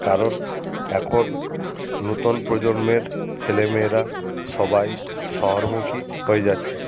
কারণ এখন নূতন প্রজন্মের ছেলেমেয়েরা সবাই শহরমুখী হয়ে যাচ্ছে